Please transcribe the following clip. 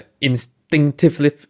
instinctively